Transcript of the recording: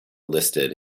listed